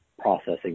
processing